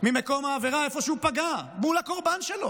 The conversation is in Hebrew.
ממקום העבירה, איפה שהוא פגע, מול הקורבן שלו.